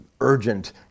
urgent